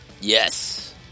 Yes